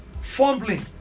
fumbling